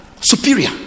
Superior